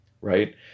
Right